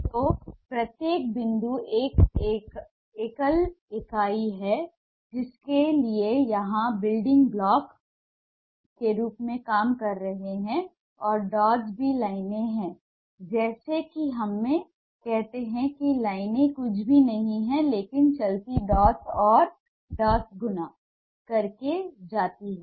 तो प्रत्येक बिंदु एक एकल इकाई है जिसके लिए यहां बिल्डिंग ब्लॉक के रूप में काम कर रहे हैं और डॉट्स भी लाइनें हैं जैसा कि हम कहते हैं कि लाइनें कुछ भी नहीं हैं लेकिन चलती डॉट्स और डॉट्स गुणा करके चलती हैं